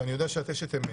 ואני יודע שאת אשת אמת,